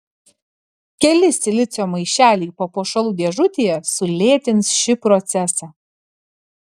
keli silicio maišeliai papuošalų dėžutėje sulėtins šį procesą